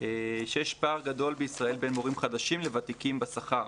שיש פער גדול בישראל בין מורים חדשים לוותיקים בשכר.